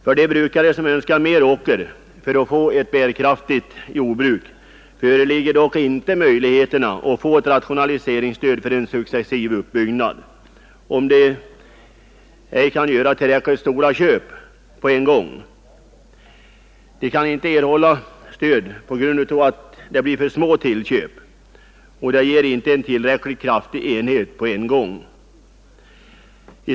För de brukare som önskar mera åker för att få ett bärkraftigare jordbruk föreligger dock ej möjligheter att få rationaliseringsstöd för en successiv uppbyggnad, om de inte kan göra tillräckligt stora köp på en gång. De kan inte erhålla stöd, eftersom dessa små tillköp inte ger en tillräckligt kraftig enhet på en gång.